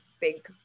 big